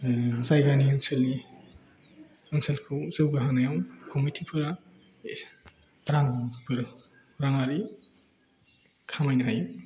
जायगानि ओनसोलखौ जौगाहोनायाव कमिटिफोरा रांफोर रां आरि खामायनो हायो